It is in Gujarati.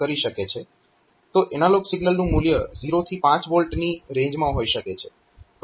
તો એનાલોગ સિગ્નલનું મૂલ્ય 0 થી 5 V ની રેન્જમાં હોઈ શકે છે